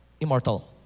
immortal